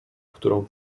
którą